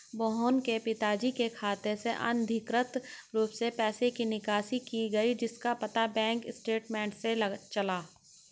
मोहन के पिताजी के खाते से अनधिकृत रूप से पैसे की निकासी की गई जिसका पता बैंक स्टेटमेंट्स से चला